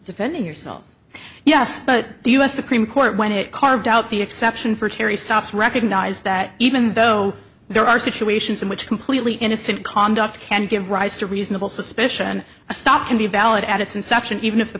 defending yourself yes but the us supreme court when it carved out the exception for terry stops recognize that even though there are situations in which completely innocent conduct can give rise to reasonable suspicion stop can be valid at its inception even if the